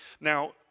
Now